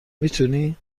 میتونی